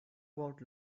about